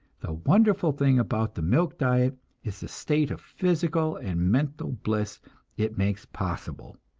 the wonderful thing about the milk diet is the state of physical and mental bliss it makes possible.